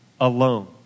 alone